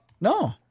No